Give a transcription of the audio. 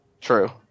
True